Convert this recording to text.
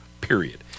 period